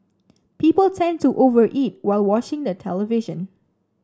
people tend to over eat while watching the television